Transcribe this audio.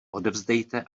odevzdejte